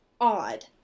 odd